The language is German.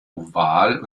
oval